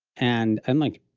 and i'm like,